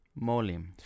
Molim